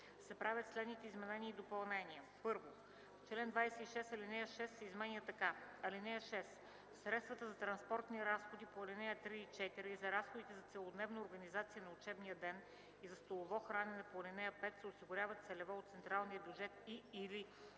правят следните изменения и допълнения: 1. В чл. 26 ал. 6 се изменя така: „(6) Средствата за транспортни разходи по ал. 3 и 4 и за разходите за целодневна организация на учебния ден и за столово хранене по ал. 5 се осигуряват целево от централния бюджет и/или